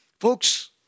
Folks